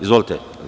Izvolite.